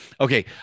okay